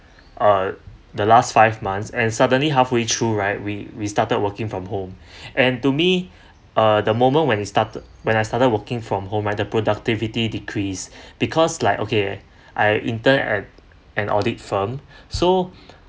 uh the last five months and suddenly halfway through right we we started working from home and to me uh the moment when it started when I started working from home my the productivity decrease because like okay I interned at an audit firm so